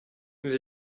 nous